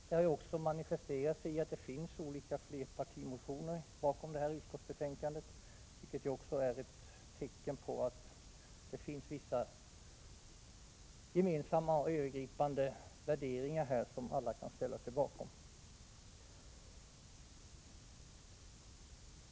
Den har också manifesterats i olika flerpartimotioner som behandlas i utskottsbetänkandet, vilket också är ett tecken på att det finns vissa gemensamma och övergripande värderingar på detta område, som alla kan ställa sig bakom.